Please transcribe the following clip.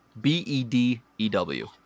B-E-D-E-W